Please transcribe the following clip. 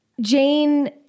Jane